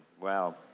Wow